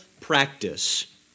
practice